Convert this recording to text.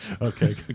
Okay